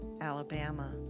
Alabama